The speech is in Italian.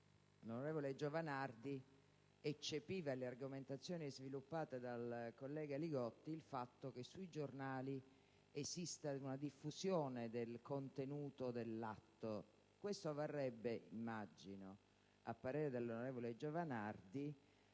l'onorevole Giovanardi eccepiva le argomentazioni sviluppate dal collega Li Gotti in merito al fatto che sui giornali esista una diffusione del contenuto dell'atto. Questo varrebbe, immagino, a parere dell'onorevole Giovanardi,